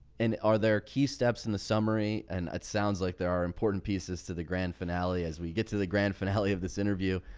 and are there key steps in the summary, and it sounds like there are important pieces to the grand finale as we get to the grand finale of this interview.